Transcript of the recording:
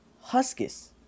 Huskies